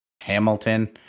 Hamilton